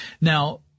Now